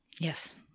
Yes